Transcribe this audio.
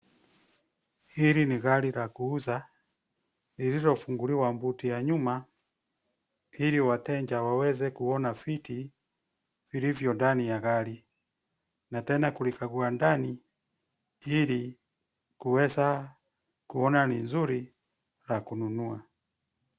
Hili ni gari la kuuza lililofunguliwa cs[boot]cs ya nyuma, ili wateja waweze kuona viti vilivyo ndani ya gari na tena kulika kwa ndani ili kuweza kuona ni nzuri la kununua.